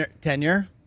tenure